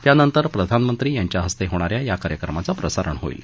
त्यानंतर प्रधानमंत्री यांच्याहस्ते होणाऱ्या या कार्यक्रमांचं प्रसारण होईल